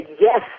yes